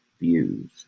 views